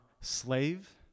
slave